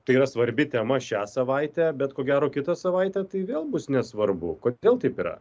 tai yra svarbi tema šią savaitę bet ko gero kitą savaitę tai vėl bus nesvarbu kodėl taip yra